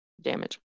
damage